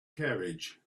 carriage